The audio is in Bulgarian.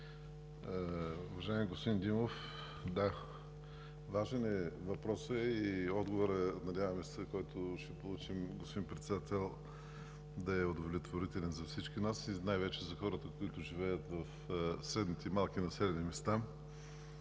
Уважаеми господин Димов, да, важен е въпросът. И отговорът, надяваме се, който ще получим, господин Председател, да е удовлетворителен за всички нас и най-вече за хората, които живеят в средните и малките населени места.